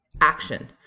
action